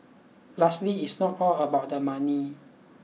lastly it's not all about the money